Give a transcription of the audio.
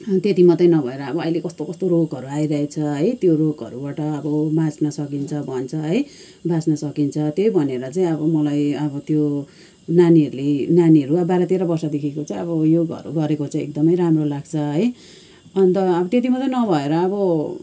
त्यति मात्रै नभएर अब अहिले कस्तो कस्तो रोगहरू आइरहेछ है त्यो रोगहरूबाट अब बाँच्न सकिन्छ भन्छ है बाँच्न सकिन्छ त्यही भनेर चाहिँ अब मलाई अब त्यो नानीहरूले नानीहरू बाह्र तेह्र वर्षदेखिको चाहिँ अब योगहरू गरेको चाहिँ एकदमै राम्रो लाग्छ है अन्त त्यति मात्रै नभएर अब